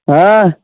হ্যাঁ